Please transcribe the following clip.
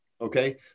okay